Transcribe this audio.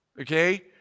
okay